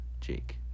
jake